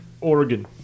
Oregon